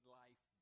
life